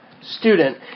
student